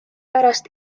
pärast